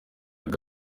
ubwo